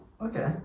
okay